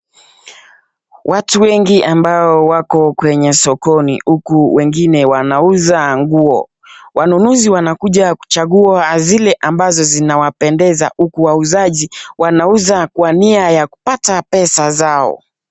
Watu wengi ambao wako kwenye sokoni uku wengine wanauza nguo. Wanunuzi wanakuja kuchangua zile ambazo zinawapendeza uku wauzaji wanauza kwa nia ya kupata pesa zao.